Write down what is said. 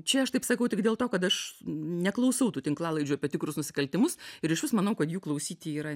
čia aš taip sakau tik dėl to kad aš neklausau tų tinklalaidžių apie tikrus nusikaltimus ir išvis manau kad jų klausyti yra